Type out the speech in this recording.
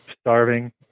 Starving